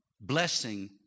blessing